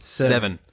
seven